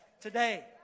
today